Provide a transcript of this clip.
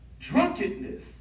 Drunkenness